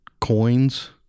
coins